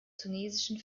tunesischen